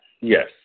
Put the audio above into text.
yes